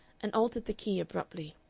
and altered the key abruptly.